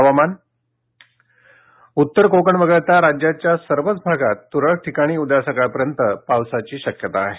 हवामान उत्तर कोकण वगळता राज्याच्या सर्वच भागात तुरळक ठिकाणी उद्या सकाळपर्यंत पावसाची शक्यता आहे